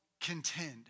contend